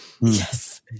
Yes